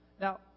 Now